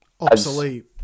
obsolete